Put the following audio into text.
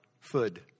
food